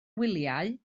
wyliau